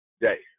day